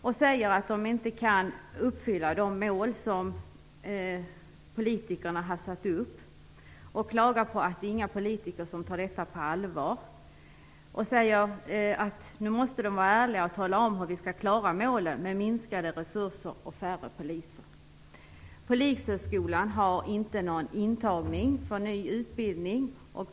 Där sägs att polisen inte kan uppfylla de mål som politikerna har satt upp. Man klagar över att inga politiker tar det på allvar och säger: Nu måste de vara ärliga och tala om hur vi skall klara målen med minskade resurser och färre poliser. Polishögskolan har inte någon intagning till utbildning.